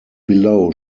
below